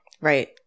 Right